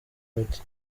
bake